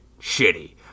shitty